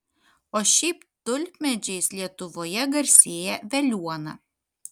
o šiaip tulpmedžiais lietuvoje garsėja veliuona